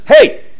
Hey